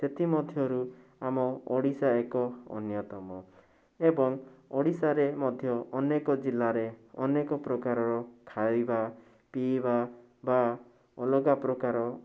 ସେଥିମଧ୍ୟରୁ ଆମ ଓଡ଼ିଶା ଏକ ଅନ୍ୟତମ ଏବଂ ଓଡ଼ିଶାରେ ମଧ୍ୟ ଅନେକ ଜିଲ୍ଲାରେ ଅନେକ ପ୍ରକାରର ଖାଇବା ପିଇବା ବା ଅଲଗା ପ୍ରକାର